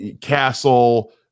Castle